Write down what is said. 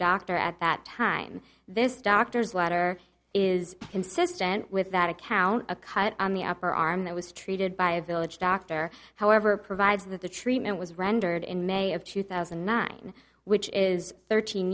doctor at that time this doctor's letter is consistent with that account a cut on the upper arm that was treated by a village doctor however provides that the treatment was rendered in may of two thousand and nine which is thirteen